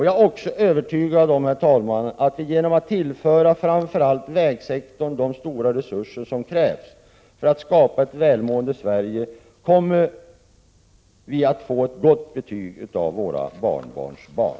Jag är också övertygad om, herr talman, att vi genom att tillföra framför allt vägsektorn de stora resurser som krävs för att skapa ett välmående Sverige kommer vi att få ett gott betyg av våra barnbarns barn.